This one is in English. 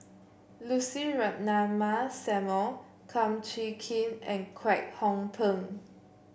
Lucy Ratnammah Samuel Kum Chee Kin and Kwek Hong Png